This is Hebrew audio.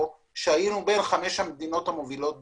שהיינו בין חמש המדינות המובילות בעולם.